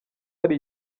hari